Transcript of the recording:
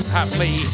Happily